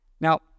Now